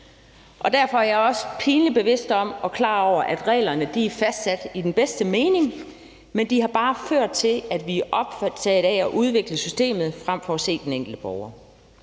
Derfor er jeg også pinligt bevidst om og klar over, at reglerne er fastsat i den bedste mening, men de har bare ført til, at vi er optaget af at udvikle systemet frem for at se den enkelte borger.